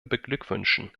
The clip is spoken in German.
beglückwünschen